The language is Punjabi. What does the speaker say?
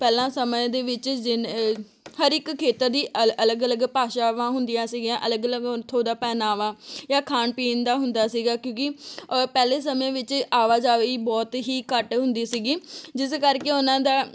ਪਹਿਲਾਂ ਸਮੇਂ ਦੇ ਵਿੱਚ ਜਿਨ ਹਰ ਇੱਕ ਖੇਤਰ ਦੀ ਅਲ ਅਲਗ ਅਲਗ ਭਾਸ਼ਾਵਾਂ ਹੁੰਦੀਆਂ ਸੀਗੀਆਂ ਅਲਗ ਅਲਗ ਉੱਥੋਂ ਦਾ ਪਹਿਨਾਵਾ ਜਾਂ ਖਾਣ ਪੀਣ ਦਾ ਹੁੰਦਾ ਸੀਗਾ ਕਿਉਂਕਿ ਪਹਿਲੇ ਸਮੇਂ ਵਿੱਚ ਆਵਾਜਾਈ ਬਹੁਤ ਹੀ ਘੱਟ ਹੁੰਦੀ ਸੀਗੀ ਜਿਸ ਕਰਕੇ ਉਹਨਾਂ ਦਾ